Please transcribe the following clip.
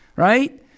Right